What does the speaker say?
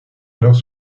alors